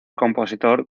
compositor